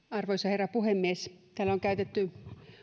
arvoisa herra puhemies täällä on käytetty